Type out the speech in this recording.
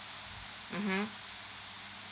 mmhmm